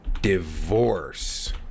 divorce